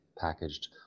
packaged